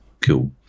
cool